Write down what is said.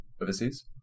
overseas